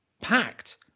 packed